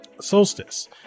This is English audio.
solstice